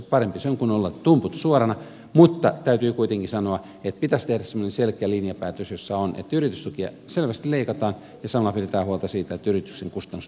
parempi se on kuin olla tumput suorana mutta täytyy kuitenkin sanoa että pitäisi tehdä semmoinen selkeä linjapäätös jossa on että yritystukia selvästi leikataan ja samalla pidetään huolta siitä että yrityksen kustannukset pidetään hallinnassa